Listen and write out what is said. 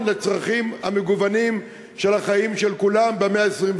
לצרכים המגוונים של החיים של כולם במאה ה-21.